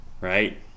right